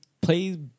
play